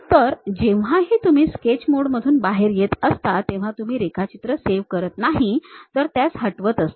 तर जेव्हाही तुम्ही स्केच मोडमधून बाहेर येत असता तेव्हा ते तुम्ही रेखाचित्र सेव्ह करत नाही तर त्यास हटवत असता